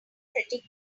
pretty